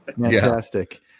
Fantastic